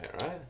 right